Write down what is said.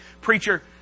Preacher